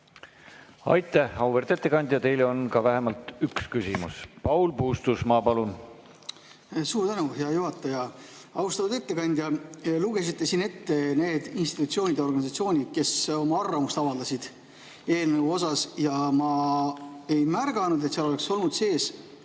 Aitäh, auväärt ettekandja! Teile on ka vähemalt üks küsimus. Paul Puustusmaa, palun! Suur tänu, hea juhataja! Austatud ettekandja! Te lugesite siin ette need institutsioonid ja organisatsioonid, kes eelnõu kohta oma arvamust avaldasid. Aga ma ei märganud, et seal oleks olnud sees